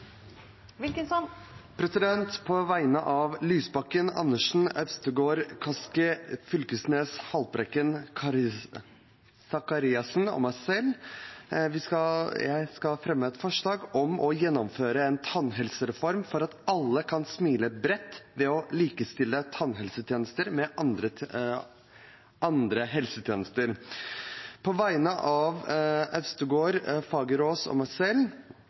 På vegne av representantene Audun Lysbakken, Karin Andersen, Freddy André Øvstegård, Kari Elisabeth Kaski, Torgeir Knag Fylkesnes, Lars Haltbrekken, Eirik Faret Sakariassen og meg selv vil jeg fremme et forslag om å gjennomføre en tannhelsereform for at alle kan smile bredt, ved å likestille tannhelsetjenester med andre helsetjenester. På vegne av representantene Freddy André Øvstegård, Mona Fagerås og meg selv